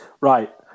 Right